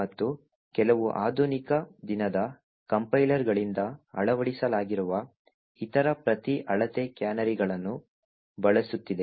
ಮತ್ತು ಕೆಲವು ಆಧುನಿಕ ದಿನದ ಕಂಪೈಲರ್ಗಳಿಂದ ಅಳವಡಿಸಲಾಗಿರುವ ಇತರ ಪ್ರತಿ ಅಳತೆ ಕ್ಯಾನರಿಗಳನ್ನು ಬಳಸುತ್ತಿದೆ